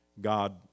God